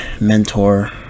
mentor